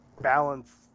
balance